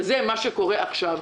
וזה מה שקורה עכשיו.